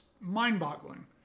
mind-boggling